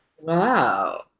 Wow